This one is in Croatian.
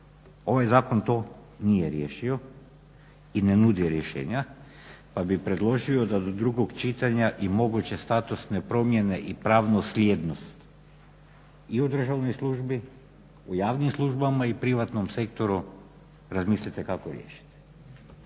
Ovaj Zakon to nije riješio i ne nudi rješenja, pa bih predložio da do drugog čitanja i moguće statusne promjene i pravnu slijednost i u državnoj službi, u javnim službama i privatnom sektoru razmislite kako riješiti.